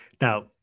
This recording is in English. now